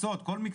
כמה במחוז צפון,